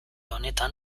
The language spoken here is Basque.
honetan